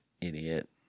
idiot